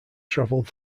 travelled